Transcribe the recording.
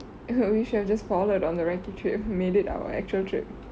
but we should have just followed on the recce trip and made it our actual trip